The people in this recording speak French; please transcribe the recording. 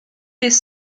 des